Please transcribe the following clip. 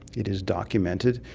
it is documented,